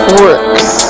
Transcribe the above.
works